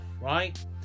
right